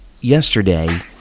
yesterday